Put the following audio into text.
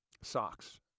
Socks